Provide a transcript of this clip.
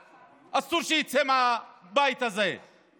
אסור שיצא מהבית הזה חבר כנסת אחד.